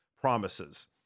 promises